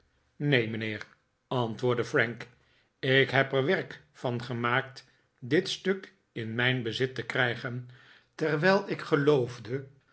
neen mijnheer antwoordde frank ik heb er werk van gemaakt dit stuk in mijn bezit te krijgen terwijl ik geloofde